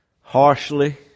harshly